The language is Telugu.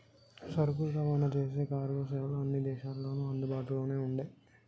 సరుకులు రవాణా చేసేకి కార్గో సేవలు అన్ని దేశాల్లోనూ అందుబాటులోనే ఉండే